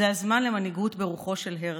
זה הזמן למנהיגות ברוחו של הרצל,